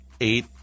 eight